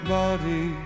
body